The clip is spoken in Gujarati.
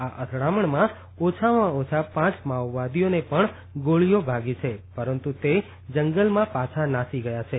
આ અથડામણમાં ઓછામાં ઓછા પાંચ માઓવાદીઓને પણ ગોળીઓ વાગી છે પરંતુ તે જંગલમાં પાછા નાસી ગયા છે